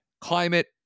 climate